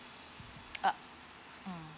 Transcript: uh mm